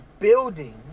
building